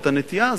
את הנטייה הזאת.